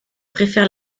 préfère